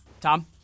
Tom